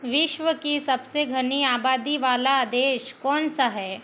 विश्व की सबसे घनी आबादी वाला देश कौन सा है